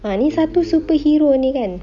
ah ni satu superhero ni kan